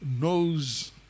knows